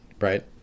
Right